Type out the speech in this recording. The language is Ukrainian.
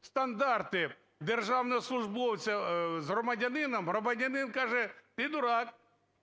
стандарти державного службовця з громадянином, громадянин каже, ти дурак,